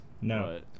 No